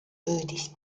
püüdis